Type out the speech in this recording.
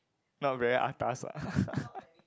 not very atas ah